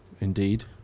Indeed